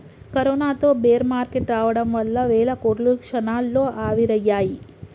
కరోనాతో bear market రావడం వల్ల వేల కోట్లు క్షణాల్లో ఆవిరయ్యాయి